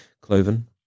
Cloven